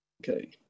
Okay